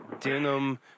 denim